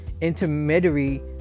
intermediary